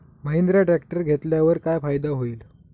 Mahindra tractor घेतल्यावर काय फायदा होईल?